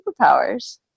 superpowers